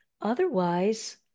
Otherwise